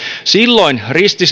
silloin